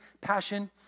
passion